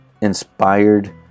inspired